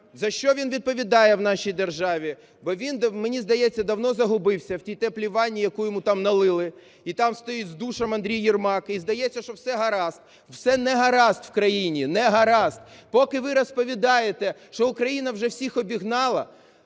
за що він відповідає в нашій державі. Бо він, мені здається, давно загубився в тій теплій ванні, яку йому там налили, і там стоїть з душем Андрій Єрмак, і здається, що все гаразд. Все не гаразд в країні, не гаразд. Поки ви розповідаєте, що Україна вже всіх обігнала,